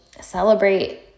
celebrate